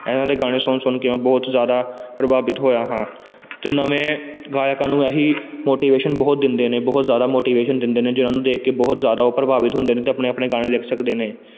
ਇਹਨਾਂ ਦੇ ਗਾਣੇ ਸੁਣ ਸੁਣ ਕੇ ਮੈਂ ਬਹੁਤ ਜ਼ਿਆਦਾ ਪ੍ਰਭਾਵਿਤ ਹੋਇਆ ਹਾਂ ਅਤੇ ਨਵੇਂ ਗਾਇਕਾਂ ਨੂੰ ਇਹੀ ਮੋਟੀਵੇਸ਼ਨ ਬਹੁਤ ਦਿੰਦੇ ਨੇ ਬਹੁਤ ਜ਼ਿਆਦਾ ਮੋਟੀਵੇਸ਼ਨ ਦਿੰਦੇ ਨੇ ਜਿਹਨਾਂ ਨੂੰ ਦੇਖ ਕੇ ਬਹੁਤ ਜ਼ਿਆਦਾ ਉਹ ਪ੍ਰਭਾਵਿਤ ਹੁੰਦੇ ਨੇ ਅਤੇ ਆਪਣੇ ਆਪਣੇ ਗਾਣੇ ਲਿਖ ਸਕਦੇ ਨੇ